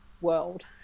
world